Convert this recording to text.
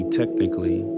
technically